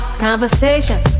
Conversation